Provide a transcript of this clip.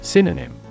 Synonym